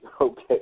Okay